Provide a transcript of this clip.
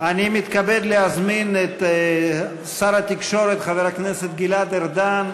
אני מתכבד להזמין את שר התקשורת חבר הכנסת גלעד ארדן,